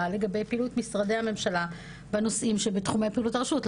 לגבי פעילות משרדי הממשלה בנושאים שבתחומי פעילות הרשות.